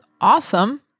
awesome